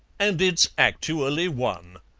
and it's actually won.